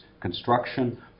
construction